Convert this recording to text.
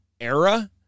era